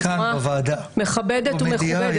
בצורה מכבדת ומכובדת.